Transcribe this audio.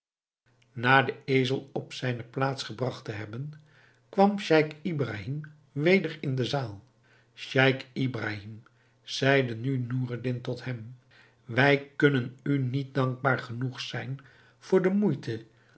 na den ezel op zijne plaats gebragt te hebben kwam scheich ibrahim weder in de zaal scheich ibrahim zeide nu noureddin tot hem wij kunnen u niet dankbaar genoeg zijn voor de moeite